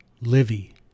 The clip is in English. Livy